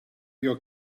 your